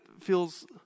feels